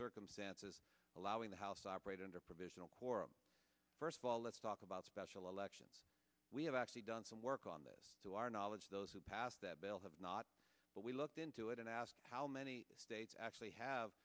circumstances allowing the house operate under a provisional quorum first of all let's talk about special elections we have actually done some work on this to our knowledge those who passed that well have not but we looked into it and asked how many states actually have